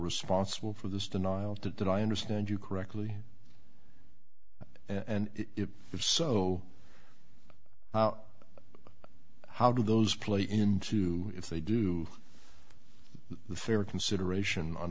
responsible for this denial that i understood you correctly and if if so how do those play into if they do the fair consideration on